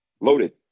loaded